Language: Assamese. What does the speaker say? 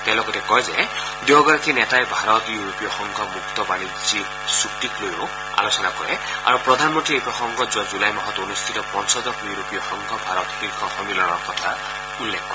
তেওঁ লগতে কয় যে দুয়োগৰাকী নেতাই ভাৰত ইউৰোপীয় সংঘ মুক্ত বাণিজ্য চুক্তিক লৈও আলোচনা কৰে আৰু প্ৰধানমন্ত্ৰী মোদীয়ে এই প্ৰসংগত যোৱা জুলাই মাহত অনুষ্ঠিত পঞ্ণদশ ইউৰোপীয় সংঘ ভাৰত শীৰ্ষক সন্মিলনৰ কথা উল্লেখ কৰে